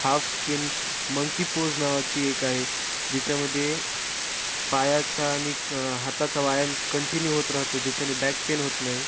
half sphinx monkey pose नावाची एक आहे ज्याच्यामध्ये पायाचा आणिक हाताचा व्यायाम कंटिन्यू होत राहतो ज्याच्याने बॅक पेन होत नाही